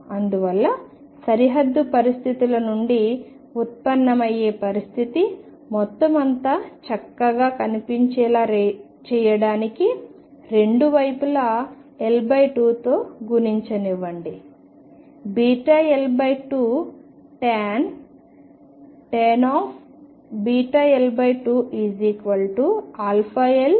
అందువలన సరిహద్దు పరిస్థితుల నుండి ఉత్పన్నమయ్యే పరిస్థితి మొత్తం అంతా చక్కగా కనిపించేలా చేయడానికి రెండు వైపులా L2 తో గుణించనివ్వండి βL2tan βL2 αL2